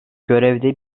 görevde